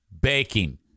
baking